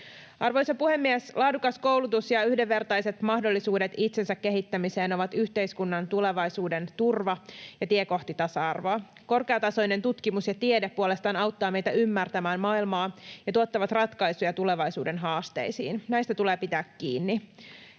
Arvoisa puhemies! Laadukas koulutus ja yhdenvertaiset mahdollisuudet itsensä kehittämiseen ovat yhteiskunnan tulevaisuuden turva ja tie kohti tasa-arvoa. Korkeatasoinen tutkimus ja tiede puolestaan auttavat meitä ymmärtämään maailmaa ja tuottavat ratkaisuja tulevaisuuden haasteisiin. Näistä tulee pitää kiinni.